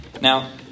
Now